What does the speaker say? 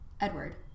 Edward